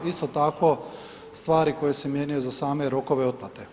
Isto tako stvari koje se mijenjaju za same rokove otplate.